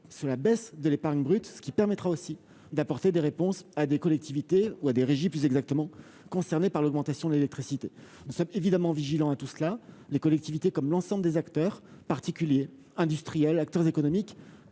sur la baisse de l'épargne brute, ce qui permettra aussi d'apporter des réponses à des régies fortement concernées par l'augmentation de l'électricité. Nous restons évidemment très vigilants. Les collectivités, comme l'ensemble des acteurs- particuliers, industriels, acteurs économiques